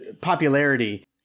popularity